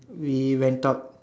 we went out